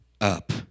up